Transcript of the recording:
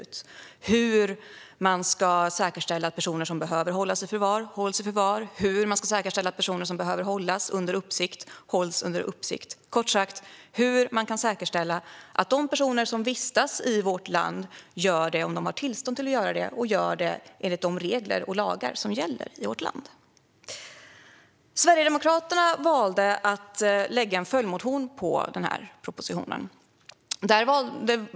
Det handlar om hur man ska säkerställa att personer som behöver hållas i förvar hålls i förvar och om hur man ska säkerställa att personer som behöver hållas under uppsikt hålls under uppsikt. Det handlar kort sagt om hur man kan säkerställa att de personer som vistas i vårt land har tillstånd att göra det och gör det enligt de regler och lagar som gäller i vårt land. Sverigedemokraterna valde att väcka en följdmotion med anledning av denna proposition.